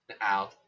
Out